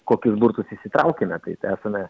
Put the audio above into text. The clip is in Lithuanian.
kokius burtus išsitraukėme kaip esame